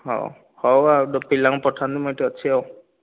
ହଉ ହଉ ଆଉ ପିଲାଙ୍କୁ ପଠାନ୍ତୁ ମୁଁ ଏଇଠି ଅଛି ଆଉ